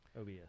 OBS